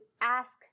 ask